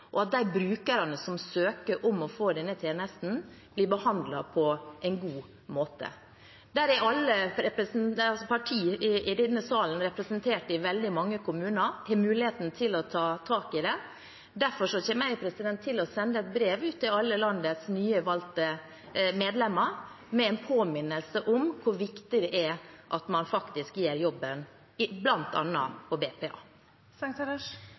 og at de brukerne som søker om å få denne tjenesten, blir behandlet på en god måte. Alle partier i denne salen er representert i veldig mange kommuner og har mulighet til å ta tak i det. Derfor kommer jeg til å sende ut brev til alle landets nyvalgte medlemmer med en påminnelse om hvor viktig det er at man faktisk gjør jobben bl.a. når det gjelder BPA. Spørsmålet mitt gikk på